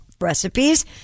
recipes